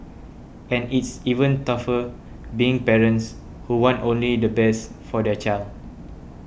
and it's even tougher being parents who want only the best for their child